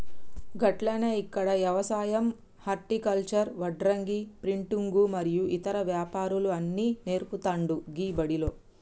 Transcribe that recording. గట్లనే ఇక్కడ యవసాయం హర్టికల్చర్, వడ్రంగి, ప్రింటింగు మరియు ఇతర వ్యాపారాలు అన్ని నేర్పుతాండు గీ బడిలో